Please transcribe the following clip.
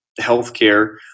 healthcare